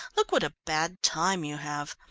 look what a bad time you have!